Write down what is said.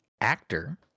actor